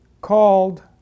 called